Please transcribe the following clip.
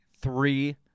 three